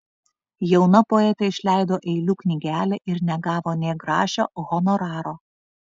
jauna poetė išleido eilių knygelę ir negavo nė grašio honoraro